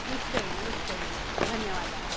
निश्चयेन निश्चयेन धन्यवादः